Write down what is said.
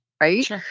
right